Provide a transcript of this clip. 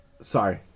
Sorry